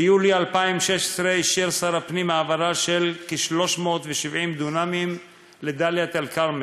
ביולי 2016 אישר שר הפנים העברה של כ-370 דונמים לדאלית-אלכרמל,